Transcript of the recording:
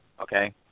okay